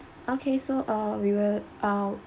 okay so uh we will uh